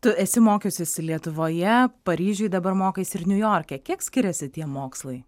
tu esi mokiusis lietuvoje paryžiuj dabar mokaisi ir niujorke kiek skiriasi tie mokslai